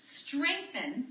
strengthen